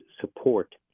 support